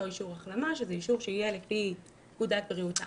אישור החלמה וזה אישור שיהיה לפי פקודת בריאות העם.